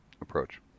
approach